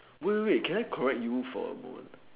wait wait wait can I correct you for a moment